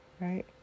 right